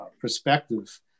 perspective